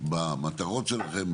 במטרות שלכם,